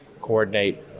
coordinate